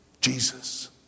Jesus